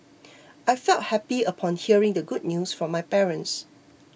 I felt happy upon hearing the good news from my parents